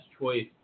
choice